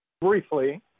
briefly